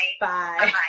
Bye